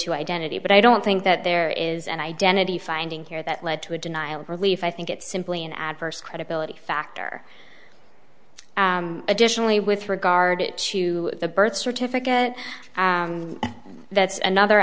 to identity but i don't think that there is an identity finding here that led to a denial of relief i think it's simply an adverse credibility factor additionally with regard to the birth certificate that's another